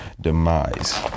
demise